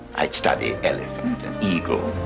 i'd study elephant and eagle,